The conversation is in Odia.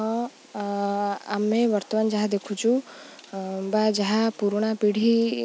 ହଁ ଆମେ ବର୍ତ୍ତମାନ ଯାହା ଦେଖୁଛୁ ବା ଯାହା ପୁରୁଣା ପିଢ଼ି